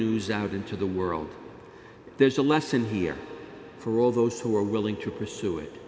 news out into the world there's a lesson here for all those who are willing to pursue it